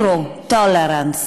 zero tolerance,